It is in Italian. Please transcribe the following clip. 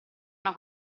una